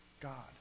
God